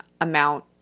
amount